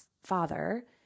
father